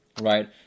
Right